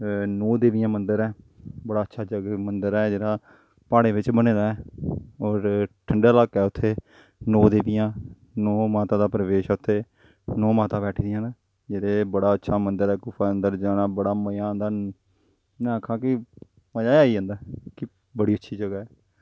नौ देवियां मन्दर ऐ मन्दर ऐ बड़ा अच्छा मंदर ऐ जेह्ड़ा प्हाड़ें बिच्च बने दा ऐ होर ठंडा अलाका ऐ उत्थें नौ देवियां नौ माता दा प्रवेश ऐ उत्थें नौ माता बैठी दियां न जेह्ड़े बड़ा अच्छा मन्दर ऐ गुफा दे अन्दर जाना मज़ा आंदा में आक्खा कि मज़ा गै आई जंदा ऐ कि बड़ी अच्छी जगह् ऐ